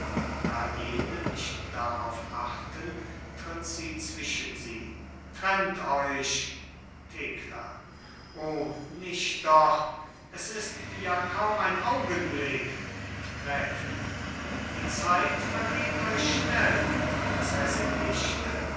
da jene nicht darauf achten tritt sie zwischen sie trennt euch thekla o nicht doch es ist ja kaum ein augenblick gräfin die zeit vergeht euch schnell prinzessin nichte